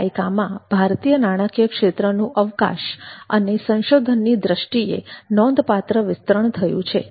છેલ્લા દાયકામાં ભારતીય નાણાકીય ક્ષેત્રનું અવકાશ અને સંશોધનોની દ્રષ્ટિએ નોંધપાત્ર વિસ્તરણ થયું છે